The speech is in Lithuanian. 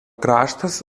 kraštas